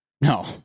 no